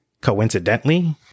coincidentally